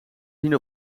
zien